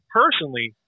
personally